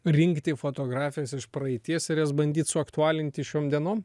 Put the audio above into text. rinkti fotografijas iš praeities ir jas bandyt suaktualinti šiom dienom